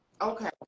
okay